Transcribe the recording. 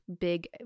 big